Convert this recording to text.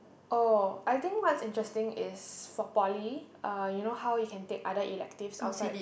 oh I think what's interesting is for Poly uh you know how you can take other electives outside